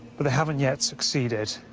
but they haven't yet succeeded.